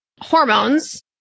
hormones